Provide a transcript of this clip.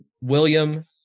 William